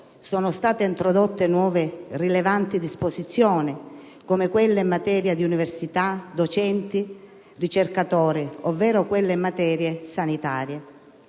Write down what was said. sono state introdotte nuove rilevanti disposizioni, come quelle in materia di università, docenti, ricercatori, ovvero quelle in materia sanitaria.